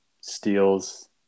steals